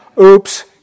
Oops